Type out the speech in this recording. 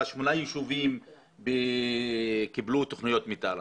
על שמונה יישובים שקיבלו תוכניות מתאר.